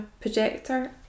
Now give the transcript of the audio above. projector